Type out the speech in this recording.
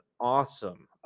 awesome